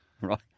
Right